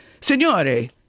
signore